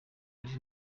ari